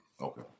Okay